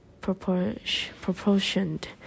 proportioned